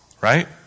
right